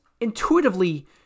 intuitively